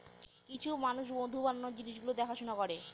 কিছু মানুষ মধু বানানোর জিনিস গুলো দেখাশোনা করে